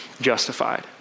justified